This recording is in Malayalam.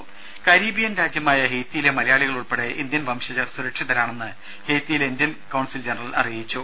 രുര കരീബിയൻ രാജ്യമായ ഹെയ്തിയിലെ മലയാളികൾ ഉൾപ്പെടെ ഇന്ത്യൻ വംശജർ സുരക്ഷിതരാണന്ന് ഹെയ്തിയിലെ ഇന്ത്യൻ കൌൺസിൽ ജനറൽ അറിയിച്ചു